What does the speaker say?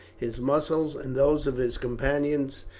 his muscles, and those of his companions,